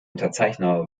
unterzeichner